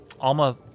Alma